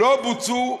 לא בוצעו,